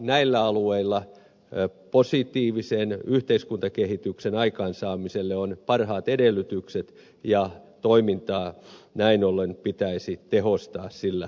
näillä alueilla positiivisen yhteiskuntakehityksen aikaansaamiselle on parhaat edellytykset ja toimintaa näin ollen pitäisi tehostaa sillä alueella